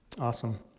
Awesome